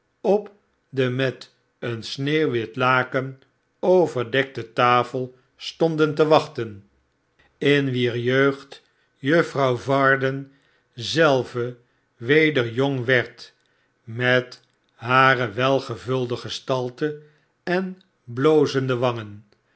op de met een sneeuwwit laken overdekte tafel stonden te wachten m wier jeugd juffrouw varden zelve weder jong werd met hare welgevulde gestalte en blozende wangen